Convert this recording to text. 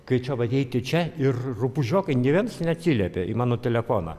kai čia vaeiti čia ir rupūžiokai nė viens neatsiliepė į mano telefoną